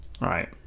Right